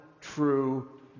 true